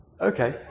Okay